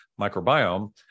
microbiome